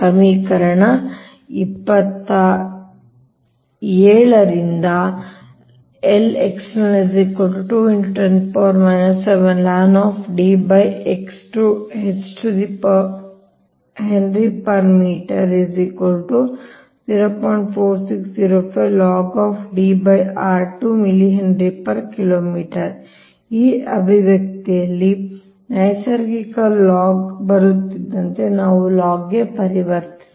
ಸಮೀಕರಣ ೨೭ ರಿಂದ ಈ ಅಭಿವ್ಯಕ್ತಿಯಲ್ಲಿ ನೈಸರ್ಗಿಕ ಲಾಗ್ ಬರುತ್ತಿದ್ದಂತೆ ನಾವು ಲಾಗ್ ಗೆ ಪರಿವರ್ತಿಸಲಿಲ್ಲ